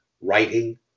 writing